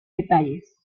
detalles